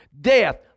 death